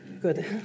good